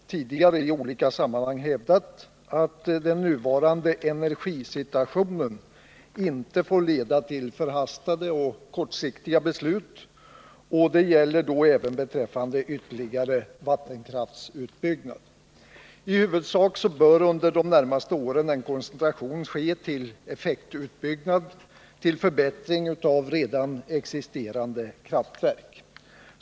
Herr talman! Vänsterpartiet kommunisterna har tidigare i olika sammanhang hävdat att den nuvarande energisituationen inte får leda till förhastade och kortsiktiga beslut. Det gäller då även beträffande ytterligare vattenkraftsutbyggnad. I huvudsak bör under de närmaste åren en koncentration ske till effektutbyggnad, till förbättring av redan existerande kraftverk.